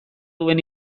duen